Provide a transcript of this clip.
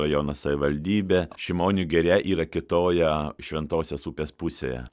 rajono savivaldybė šimonių giria yra kitoje šventosios upės pusėje